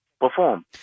perform